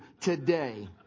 today